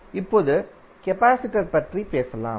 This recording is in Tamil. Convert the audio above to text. இப்போது கபாசிடர் பற்றி பேசலாம்